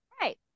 Right